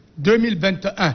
2021